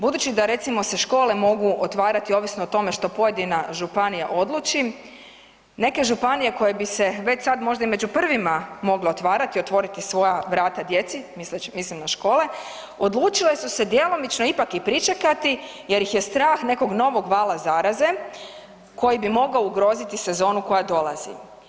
Budući da recimo se škole mogu otvarati ovisno o tome što pojedina županija odluči, neke županije koje bi se već sam možda i među prvima mogle otvarati, otvoriti svoja vrata djeci, mislim na škole, odlučile su se djelomično ipak i pričekati jer ih je strah nekog novog vala zaraze koji bi mogao ugroziti sezonu koja dolazi.